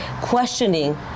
questioning